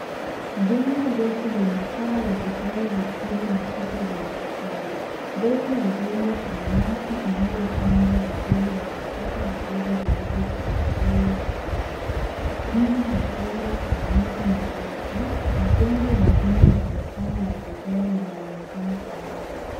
Jengo refu lenye paa la vigae vyekundu na kuta za matofali. Mbele ya jengo, kuna nyasi iliyopangwa vizuri na vichaka vidogo vilivyopangaliwa kama njia. Nyuma ya jengo kuna miti mirefu na jengo lingine lenye paa la vigae linaonekana kwa mbali.